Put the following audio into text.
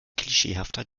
klischeehafter